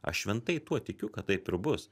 aš šventai tuo tikiu kad taip ir bus